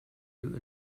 you